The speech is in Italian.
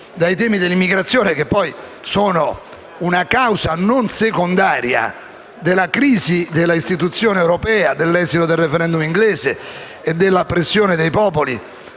sui temi dell'immigrazione, che sono una causa non secondaria della crisi dell'istituzione europea, dell'esito del*referendum* britannico e della pressione dei popoli,